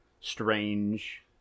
strange